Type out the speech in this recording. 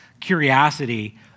curiosity